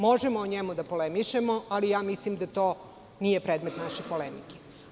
Možemo o njemu da polemišemo, ali ja mislim da to nije predmet naše polemike.